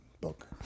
book